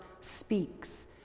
speaks